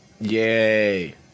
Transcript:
Yay